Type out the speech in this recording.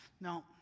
no